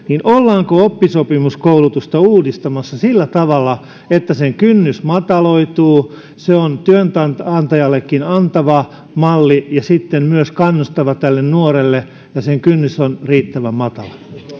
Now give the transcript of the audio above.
ollaanko oppisopimuskoulutusta uudistamassa sillä tavalla että sen kynnys mataloituu se on työnantajallekin antava malli ja kannustava myös tälle nuorelle ja sen kynnys on riittävän matala